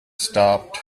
stopped